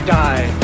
die